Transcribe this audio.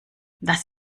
das